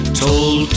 told